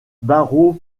barrow